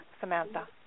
Samantha